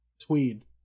Tweed